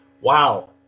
Wow